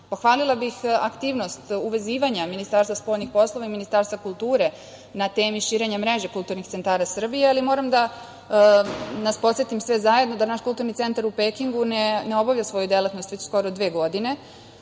bih aktivnosti uvezivanja Ministarstva spoljnih poslova i Ministarstva kulture na temi širenja mreže kulturnih centara Srbije, ali moram da nas podsetim sve zajedno da naš kulturni centar u Pekingu ne obavlja svoju delatnost već skoro dve godine.